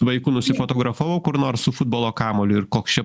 vaiku nusifotografavau kur nors su futbolo kamuoliu ir koks čia